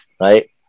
right